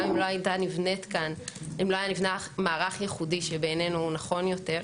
גם אם לא הייתה נבנה מערך ייחודי שהוא נכון יותר,